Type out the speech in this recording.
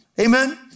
Amen